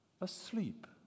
asleep